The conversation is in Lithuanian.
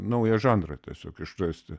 naują žanrą tiesiog išrasti